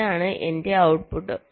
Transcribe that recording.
ഇതാണ് എന്റെ ഔട്ട്പുട്ട്